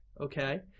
okay